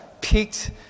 peaked